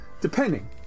depending